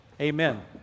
Amen